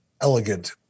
elegant